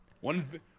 One